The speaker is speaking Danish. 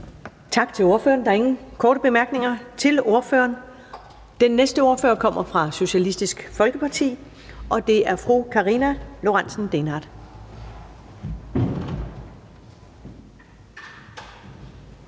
Tak til ordføreren. Der er ingen korte bemærkninger til ordføreren. Den næste ordfører kommer fra Enhedslisten, og det er fru Rosa Lund.